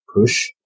push